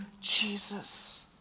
Jesus